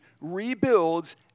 rebuilds